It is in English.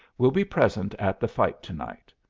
will be present at the fight to-night.